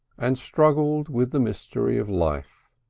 and struggled with the mystery of life